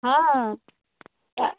हँ तऽ